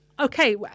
okay